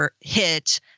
hit